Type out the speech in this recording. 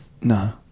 no